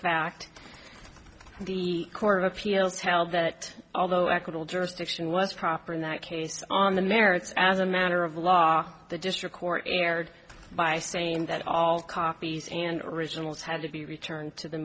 fact the court of appeals held that although acquittal jurisdiction was proper in that case on the merits as a matter of law the district court erred by saying that all copies and originals had to be returned to the